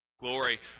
glory